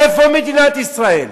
איפה מדינת ישראל?